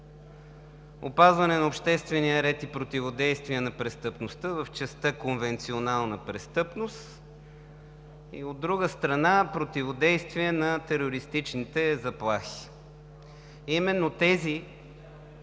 опазване на обществения ред и противодействие на престъпността в частта „Конвенционална престъпност“ и, от друга страна, противодействие на терористичните заплахи. Именно тези